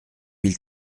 mille